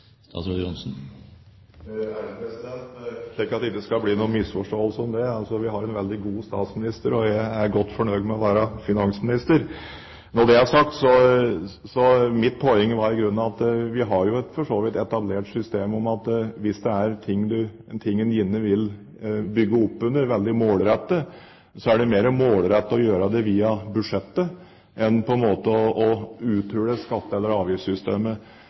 at det ikke skal bli noen misforståelse om det: Vi har en veldig god statsminister, og jeg er godt fornøyd med å være finansminister! Mitt poeng var at vi for så vidt har et etablert system om at hvis det er noe en gjerne vil bygge opp under veldig målrettet, så er det mer målrettet å gjøre det via budsjettet enn på en måte å uthule skatte- eller avgiftssystemet.